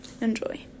enjoy